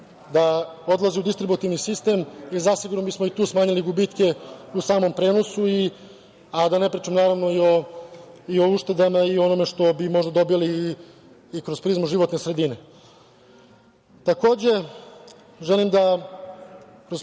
da odlazi u distributivni sistem i zasigurno bismo i tu smanjili gubitke u samom prenosu, a da ne pričam naravno i o uštedama i o onome što bi možda dobili i kroz prizmu životne sredine. Takođe, želim da